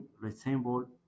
resemble